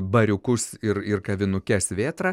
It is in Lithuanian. bariukus ir ir kavinukes vėtra